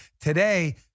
today